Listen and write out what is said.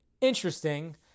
interesting